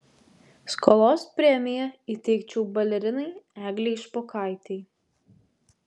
skolos premiją įteikčiau balerinai eglei špokaitei